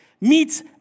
meets